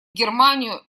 германию